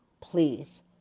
please